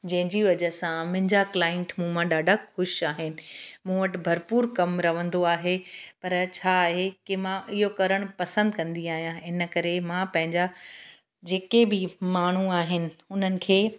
जंहिंजी वजह सां मुंहिंजा क्लाइंट मूं मां ॾाढा ख़ुशि आहिनि मूं वटि भरपूरु कमु रहंदो आहे पर छा आहे की मां इहो करणु पसंदि कंदी आहियां इन करे मां पंहिंजा जेके बि माण्हू आहिनि उन्हनि खे